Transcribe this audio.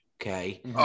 Okay